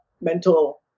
mental